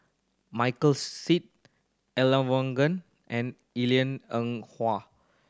Michael Seet Elangovan and Yee Lian Eng Hwa